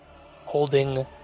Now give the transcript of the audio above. holding